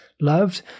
loved